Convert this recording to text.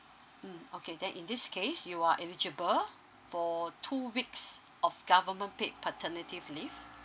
mm okay then in this case you are eligible for two weeks of government pick paternity leave